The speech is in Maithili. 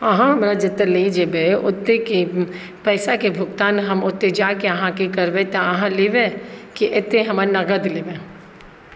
अहाँ हमरा जतऽ ले जेबै ओतऽके पैसाके भुगतान हम ओतऽ जाके अहाँकेँ करबै तऽ अहाँ लेबै की एतऽ हमर नगद लेबै